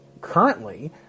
currently